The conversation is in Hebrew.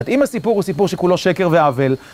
אם הסיפור הוא סיפור שכולו שקר ועוול